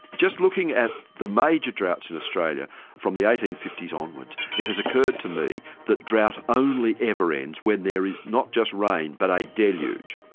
just looking at the major drought in australia from the eighteen fifty s onwards, it has occurred to me that drought only ever ends when there is not just rain, but a deluge.